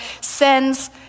sends